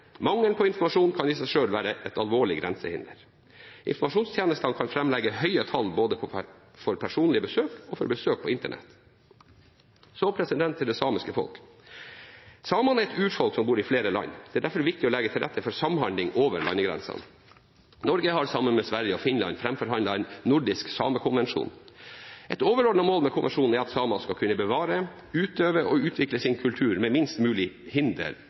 Mangelen på informasjon kan i seg selv være et alvorlig grensehinder. Informasjonstjenestene kan framlegge høye tall både for personlige besøk og for besøk på internett. Så til det samiske folk: Samene er et urfolk som bor i flere land. Det er derfor viktig å legge til rette for samhandling over landegrensene. Norge har sammen med Sverige og Finland framforhandlet en nordisk samekonvensjon. Et overordnet mål med konvensjonen er at samene skal kunne bevare, utøve og utvikle sin kultur med minst mulig hinder